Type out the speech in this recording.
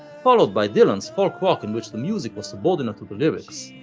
followed by dylan's folk-rock in which the music was subordinate to the lyrics,